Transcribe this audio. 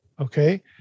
Okay